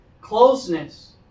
Closeness